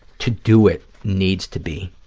to do it needs to be